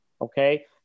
okay